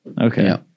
Okay